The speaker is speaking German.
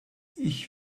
ich